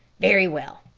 very well,